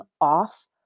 off